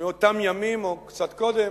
באותם ימים, או קצת קודם,